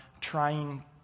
trying